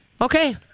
Okay